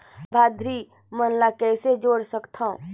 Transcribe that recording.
लाभार्थी मन ल कइसे जोड़ सकथव?